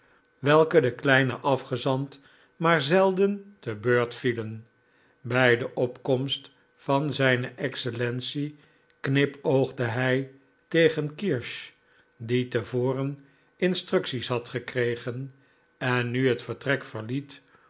welke den kleinen afgezant maar zelden te beurt vielen bij de komst van zijne excellence knipoogde hij tegen kirsch die te voren instructies had gekregen en nu het vertrek verliet